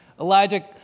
Elijah